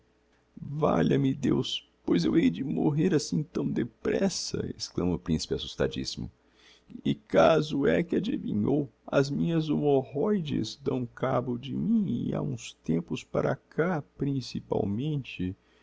resiste valha-me deus pois eu hei de morrer assim tão depressa exclama o principe assustadissimo e caso é que adivinhou as minhas humorroides dão cabo de mim e ha uns tempos para cá principalmente